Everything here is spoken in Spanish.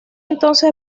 entonces